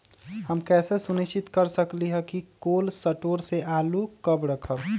हम कैसे सुनिश्चित कर सकली ह कि कोल शटोर से आलू कब रखब?